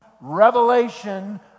revelation